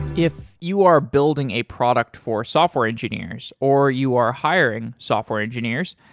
if you are building a product for software engineers or you are hiring software engineers,